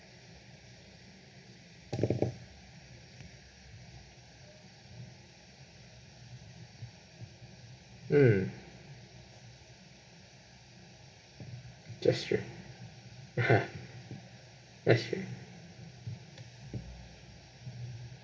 mm that's true (uh huh) that's true